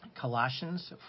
Colossians